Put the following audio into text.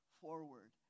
forward